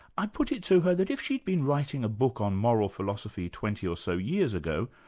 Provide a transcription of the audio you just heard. i put it to her that if she'd been writing a book on moral philosophy twenty or so years ago,